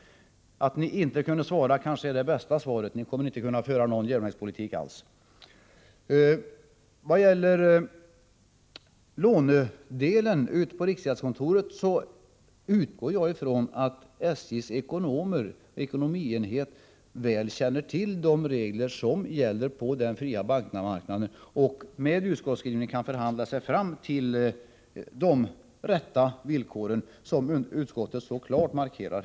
Att ni inte kunde svara är kanske det bästa svaret. Ni skulle inte kunna föra någon järnvägspolitik alls. När det gäller lån i riksgäldskontoret utgår jag från att SJ:s ekonomienhet väl känner till de regler som gäller på den fria marknaden och att de på basis av utskottets skrivning kan förhandla sig fram till de rätta villkoren, som utskottet så klart markerar.